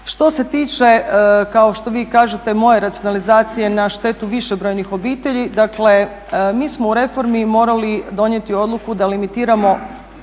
Što se tiče kao što vi kažete moje racionalizacije na štetu višebrojnih obitelji dakle mi smo u reformi morali donijeti odluku da limitiramo